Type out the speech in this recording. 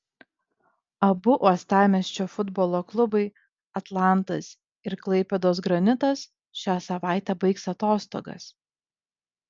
abu uostamiesčio futbolo klubai atlantas ir klaipėdos granitas šią savaitę baigs atostogas